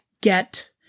get